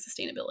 sustainability